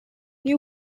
new